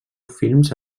films